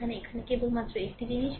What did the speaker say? এখানে এখানে কেবলমাত্র একটি জিনিস